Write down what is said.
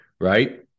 right